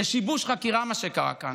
זה שיבוש חקירה, מה שקרה כאן.